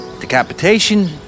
Decapitation